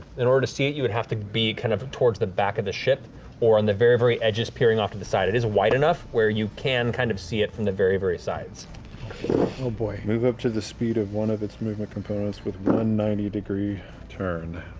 in order to see it, you would have to be kind of towards the back of the ship or on the very, very edges, peering off to the side. it is wide enough where you can kind of see it from the very, very sides. sam oh boy. travis move up to the speed of one of its moving components, with one ninety degree turn.